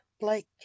Blake